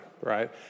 right